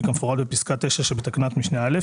כמפורט בפסקה (9) שבתקנת משנה (א),